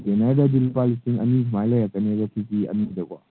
ꯒꯦꯟꯅꯔꯗꯗꯤ ꯂꯨꯄꯥ ꯂꯤꯁꯤꯡ ꯑꯅꯤ ꯁꯨꯃꯥꯏ ꯂꯩꯔꯛꯀꯅꯦꯕ ꯀꯦ ꯖꯤ ꯑꯅꯤꯗꯀꯣ